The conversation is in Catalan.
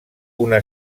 una